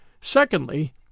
Secondly